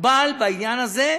מוגבל בעניין הזה,